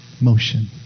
Motion